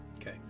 Okay